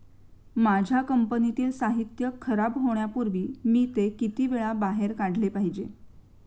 माझ्या कंपनीतील साहित्य खराब होण्यापूर्वी मी ते किती वेळा बाहेर काढले पाहिजे?